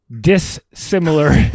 dissimilar